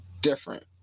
different